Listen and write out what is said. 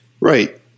Right